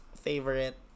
favorite